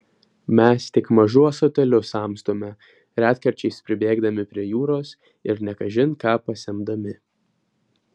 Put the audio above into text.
mes tik mažu ąsotėliu samstome retkarčiais pribėgdami prie jūros ir ne kažin ką pasemdami